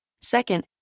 Second